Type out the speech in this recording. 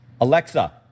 Alexa